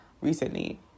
recently